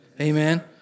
amen